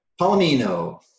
Palomino